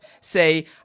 say